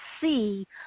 see